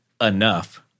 enough